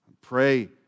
Pray